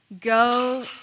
Go